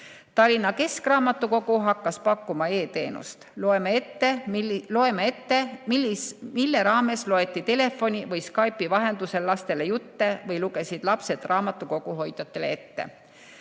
Tallinna Keskraamatukogu hakkas pakkuma e-teenust "Loeme ette!", mille raames loeti telefoni või Skype'i vahendusel lastele jutte või lugesid lapsed raamatukoguhoidjatele ette.